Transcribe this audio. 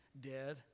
dead